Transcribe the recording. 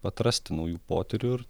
atrasti naujų potyrių ir